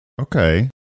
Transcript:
okay